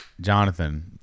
Jonathan